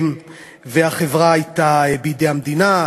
החברה הייתה בידי המדינה.